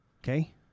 Okay